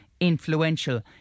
influential